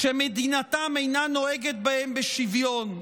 שמדינתם אינה נוהגת בהם שוויון,